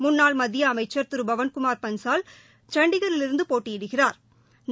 முன்னா்ளமத்தியஅமைச்சா் திருபவன்குமாா் பன்சால் சண்டிகரிலிருந்துபோட்டியிடுகிறாா்